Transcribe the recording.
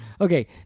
Okay